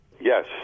Yes